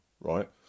right